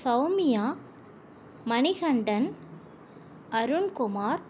Soumya Manikandan Arunkumar